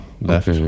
left